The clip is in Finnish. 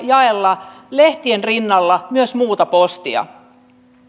jaella lehtien rinnalla myös muuta postia